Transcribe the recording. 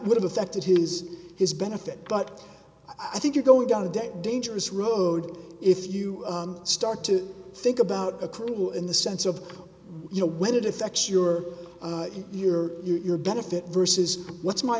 would have affected his his benefit but i think you go down the debt dangerous road if you start to think about accrual in the sense of you know when it effects your in your your benefit versus what's my